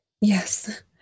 Yes